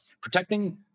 protecting